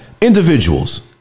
Individuals